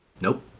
Nope